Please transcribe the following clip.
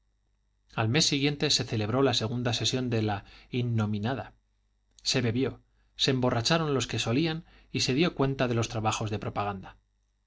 al mes siguiente se celebró la segunda sesión de la innominada se bebió se emborracharon los que solían y se dio cuenta de los trabajos de propaganda